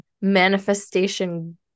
manifestation